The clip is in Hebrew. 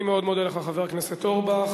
אני מאוד מודה לך, חבר הכנסת אורבך.